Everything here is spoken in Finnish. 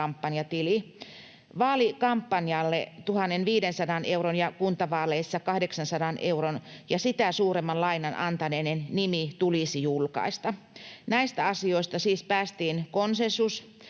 Vaalikampanjalle 1 500 euron ja kuntavaaleissa 800 euron ja sitä suuremman lainan antaneiden nimi tulisi julkaista. Näistä asioista siis päästiin konsensukseen,